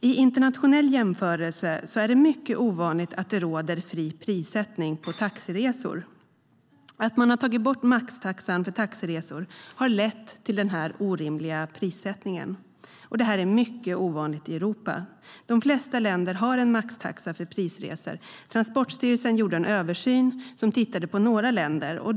I internationell jämförelse är det mycket ovanligt att det råder fri prissättning på taxiresor. Att man har tagit bort maxtaxan för taxiresor har lett till denna orimliga prissättning. Detta är mycket ovanligt i Europa. De flesta länder har en maxtaxa på taxiresor. Transportstyrelsen gjorde en översyn där man tittade på några länder.